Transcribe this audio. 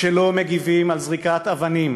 כשלא מגיבים על זריקת אבנים